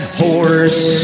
horse